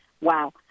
Wow